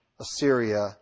Assyria